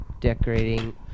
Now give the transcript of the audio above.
decorating